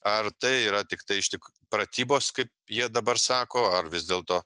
ar tai yra tiktai iš tik pratybos kaip jie dabar sako ar vis dėlto